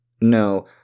No